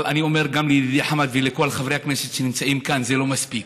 אבל אני אומר גם לידידי חמד ולכל חברי הכנסת שנמצאים כאן: זה לא מספיק.